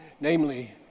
Namely